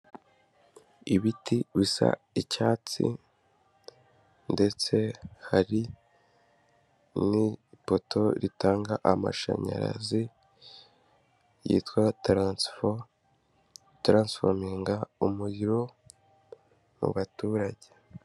Ibiti bisa icyatsi ndetse hari n'ipoto ritanga amashanyarazi ryitwa taransifo, ritaransifominga umuriro mu baturage.